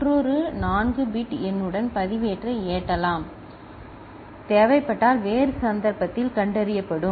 மற்றொரு 4 பிட் எண்ணுடன் பதிவேட்டை ஏற்றலாம் தேவைப்பட்டால் வேறு சந்தர்ப்பத்தில் கண்டறியப்படும்